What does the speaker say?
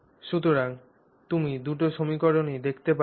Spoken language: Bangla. সুতরাং তুমি দুটি সমীকরণই দেখতে পাচ্ছ